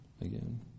again